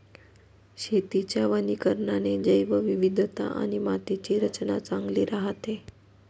शेतीच्या वनीकरणाने जैवविविधता आणि मातीची रचना चांगली राहते